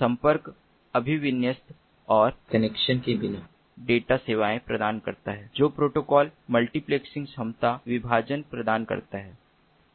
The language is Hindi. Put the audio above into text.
संपर्क अभिविन्यस्त और कनेक्शन के बिना डेटा सेवाएं प्रदान करता है जो प्रोटोकॉल मल्टीप्लेक्सिंग क्षमता विभाजन प्रदान करता है